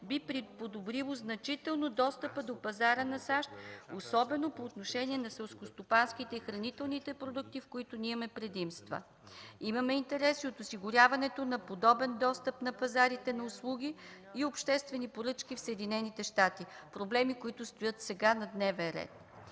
би подобрило значително достъпът до пазара на САЩ, особено по отношение на селскостопанските и хранителните продукти, в които ние имаме предимства. Имаме интерес от осигуряването на подобен достъп на пазарите на услуги и обществени поръчки в Съединените щати – проблеми, които стоят сега на дневен